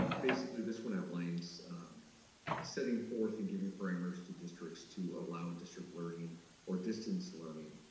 basically, this one outlines setting forth and giving parameters to districts to allow district learning, or distance learning